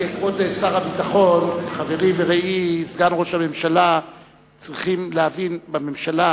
כבוד שר הביטחון וחברי ורעי סגן ראש הממשלה צריכים להבין בממשלה,